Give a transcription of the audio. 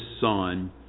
Son